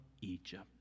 Egypt